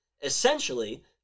Essentially